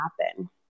happen